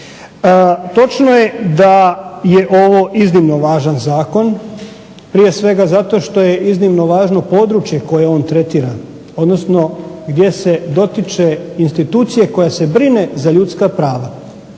Točno je da je ovo iznimno važan zakon, prije svega zato što je iznimno važno područje koje on tretira, odnosno gdje se dotiče institucije koja se brine za ljudska prava,